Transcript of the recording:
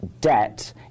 debt